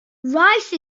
rice